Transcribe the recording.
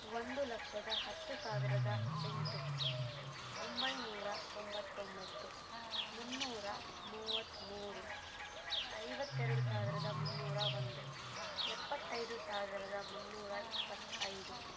ಒಂದು ಲಕ್ಷದ ಹತ್ತು ಸಾವಿರದ ಎಂಟು ಒಂಬೈನೂರ ತೊಂಬತ್ತೊಂಬತ್ತು ಮುನ್ನೂರ ಮೂವತ್ತ್ಮೂರು ಐವತ್ತೆರಡು ಸಾವಿರದ ಮುನ್ನೂರ ಒಂದು ಎಪ್ಪತ್ತೈದು ಸಾವಿರದ ಮುನ್ನೂರ ಇಪ್ಪತ್ತ ಐದು